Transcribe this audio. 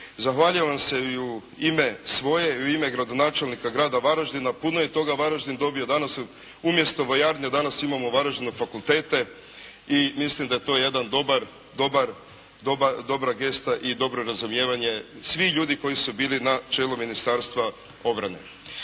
Zahvaljujem vam se i u ime svoje i u ime gradonačelnika grada Varaždina, puno je toga Varaždin dobio. Danas umjesto vojarne, danas imamo u Varaždinu fakultete i mislim da je to jedna dobra gesta i dobro razumijevanje. Svi ljudi koji su bili na čelu Ministarstva obrane.